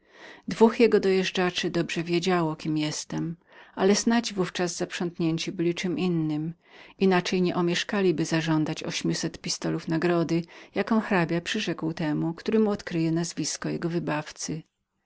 dwóch jego koniuszych dobrze wiedziało kim byłem ale snać w ówczas zaprzątnięci byli czem innem inaczej niebyliby omieszkali żądania tysiąca sztuk złota nagrody jaką hrabia przyrzekł temu który mu odkryje nazwisko jego wybawcy